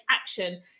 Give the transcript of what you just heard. action